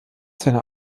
seiner